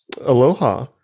Aloha